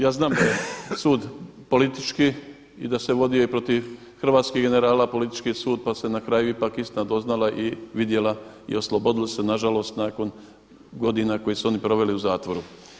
Ja znam da je sud politički i da se vodio i protiv hrvatskih generala politički sud pa se na kaju ipak istina doznala i vidjela i oslobodili su se nažalost nakon godina koji su oni proveli u zatvoru.